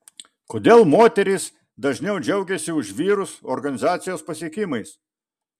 kodėl moterys dažniau džiaugiasi už vyrus organizacijos pasiekimais